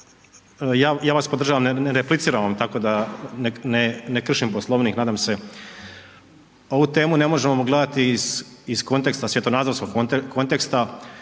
ja vas podržavam, ne repliciram vam, tako da ne kršim Poslovnik, nadam se. Ovu temu ne možemo gledati iz konteksta, svjetonazorskog konteksta,